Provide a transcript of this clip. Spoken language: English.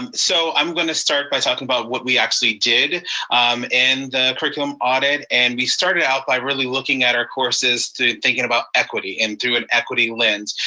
and so i'm gonna start by talking about what we actually did in the curriculum audit and we started out by really looking at our courses to thinking about equity and an equity lens,